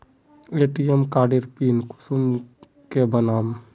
ATM कार्डेर pin कुंसम के बनाम?